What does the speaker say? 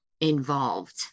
involved